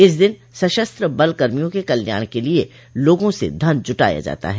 इस दिन सशस्त्र बल कर्मियों के कल्याण के लिए लोगों से धन जुटाया जाता है